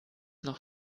noch